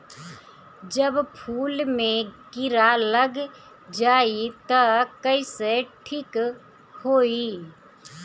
जब फूल मे किरा लग जाई त कइसे ठिक होई?